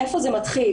מאיפה זה מתחיל,